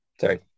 Sorry